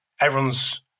everyone's